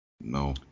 No